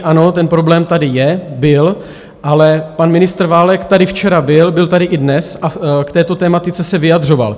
Ano, ten problém tady je, byl, ale pan ministr Válek tady včera byl, byl tady i dnes a k této tematice se vyjadřoval.